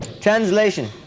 Translation